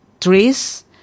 trees